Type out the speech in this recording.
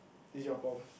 is your problem